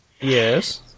Yes